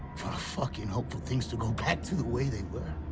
for a fucking hope for things to go back to the way they were?